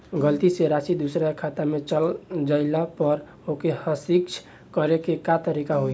गलती से राशि दूसर के खाता में चल जइला पर ओके सहीक्ष करे के का तरीका होई?